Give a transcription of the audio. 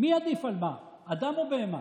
מי עדיף על מה, אדם או בהמה?